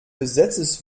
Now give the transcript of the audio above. besetztes